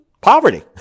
Poverty